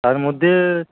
তার মধ্যে